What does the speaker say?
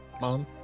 Mom